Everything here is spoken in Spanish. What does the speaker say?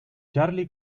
charlie